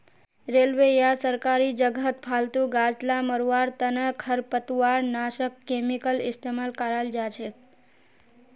railway या सरकारी जगहत फालतू गाछ ला मरवार तने खरपतवारनाशक केमिकल इस्तेमाल कराल जाछेक